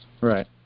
Right